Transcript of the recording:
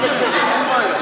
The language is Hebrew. הצעה לסדר-היום.